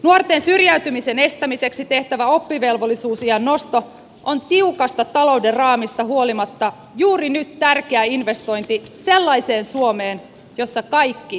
nuorten syrjäytymisen estämiseksi tehtävä oppivelvollisuusiän nosto on tiukasta talouden raamista huolimatta juuri nyt tärkeä investointi sellaiseen suomeen jossa kaikki pidetään mukana